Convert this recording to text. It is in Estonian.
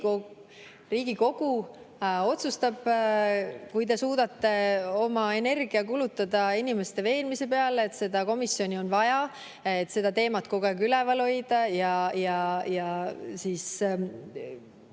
Riigikogu otsustab. Kui te suudate oma energia kulutada inimeste veenmise peale, et seda komisjoni on vaja, et seda teemat kogu aeg üleval hoida, siis